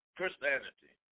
Christianity